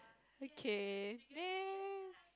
okay next